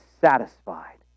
satisfied